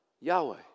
Yahweh